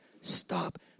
stop